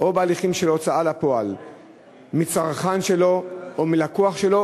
או הליכים של הוצאה לפועל כלפי צרכן שלו או לקוח שלו,